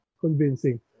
Convincing